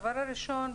הדבר הראשון,